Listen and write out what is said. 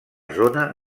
zona